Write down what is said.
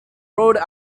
rode